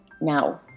Now